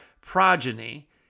progeny